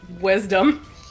Wisdom